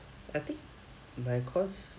I think my course